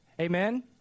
Amen